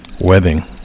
Wedding